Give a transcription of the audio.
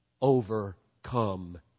overcome